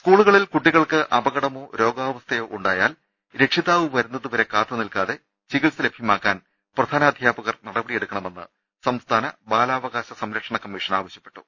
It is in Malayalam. സ്കൂളുകളിൽ കുട്ടികൾക്ക് അപകടമോ രോഗാവസ്ഥയോ ഉണ്ടാ യാൽ രക്ഷിതാവ് വരുന്നതുവരെ കാത്തുനിൽക്കാതെ ചികിത്സ ലഭ്യമാ ക്കാൻ പ്രധാന അധ്യാപകർ നടപടിയെടുക്കണമെന്ന് സംസ്ഥാന ബാലാ വകാശ സംരക്ഷണ കമ്മിഷൻ ആവശ്യപ്പെട്ടു